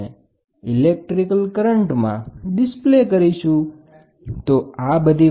તો આ electrical insulated pin છે